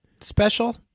special